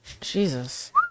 jesus